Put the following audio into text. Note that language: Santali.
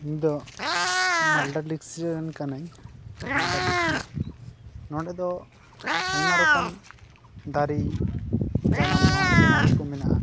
ᱤᱧ ᱫᱚ ᱢᱟᱞᱫᱟ ᱰᱤᱥᱴᱤᱠ ᱨᱮᱱ ᱠᱟᱹᱱᱟᱹᱧ ᱢᱟᱫᱟ ᱰᱤᱥᱴᱤᱠ ᱱᱚᱰᱮ ᱫᱚ ᱟᱭᱢᱟ ᱨᱚᱠᱚᱢ ᱫᱟᱨᱮ ᱡᱟᱱᱟᱢᱚᱜᱼᱟ ᱥᱮ ᱱᱟᱹᱲᱤ ᱠᱚ ᱢᱮᱱᱟᱜᱼᱟ